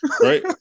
right